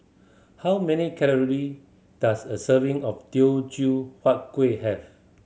how many calorie does a serving of Teochew Huat Kuih have